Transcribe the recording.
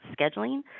scheduling